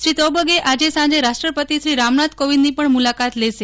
શ્રી તોબગે આજે સાંજે રાષ્ટ્રપતિ શ્રી રામનાથ કોવિંદની પણ મુલાકાત લેશે